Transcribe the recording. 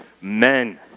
men